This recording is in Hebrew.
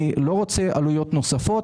אני לא רוצה עלויות נוספות,